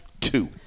Two